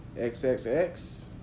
XXX